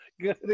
Good